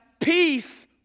peace